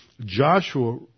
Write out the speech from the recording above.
Joshua